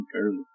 early